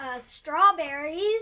strawberries